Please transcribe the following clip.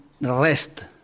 rest